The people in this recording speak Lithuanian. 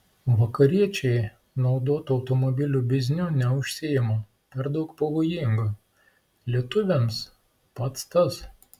vakariečiai naudotų automobilių bizniu neužsiima per daug pavojinga lietuviams pats tas